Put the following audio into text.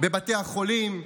בבתי החולים,